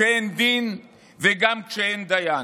שאין דין וגם שאין דיין.